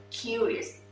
curious,